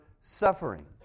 suffering